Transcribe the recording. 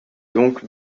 donc